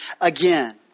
again